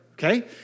Okay